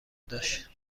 داشت